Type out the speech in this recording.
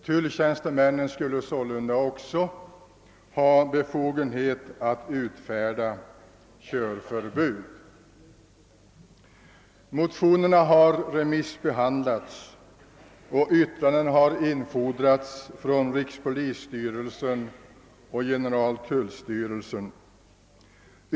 Tulltjänstemännen skulle sålunda också ha befogenhet att utfärda körförbud. Motionerna har remissbehandlats, och yttranden har infordrats från rikspolisstyrelsen och generaltullstyrelsen.